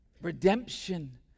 Redemption